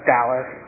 Dallas